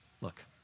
look